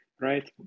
right